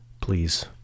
Please